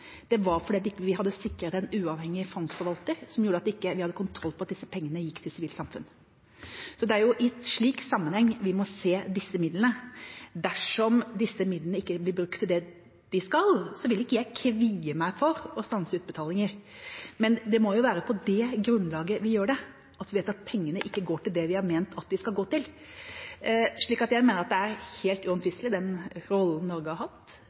Det var fordi vi ikke hadde sikret en uavhengig fondsforvalter, som gjorde at vi ikke hadde kontroll på at disse pengene gikk til sivilt samfunn. Det er i en slik sammenheng vi må se disse midlene. Dersom disse midlene ikke blir brukt til det de skal, vil ikke jeg kvie meg for å stanse utbetalinger, men det må være på det grunnlaget vi gjør det, at vi vet at pengene ikke går til det vi har ment at de skal gå til. Jeg mener den rollen Norge har hatt med hensyn til uavhengig domstol og menneskerettighetsspørsmål – som vi har hatt